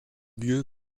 lieu